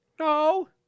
No